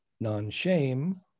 non-shame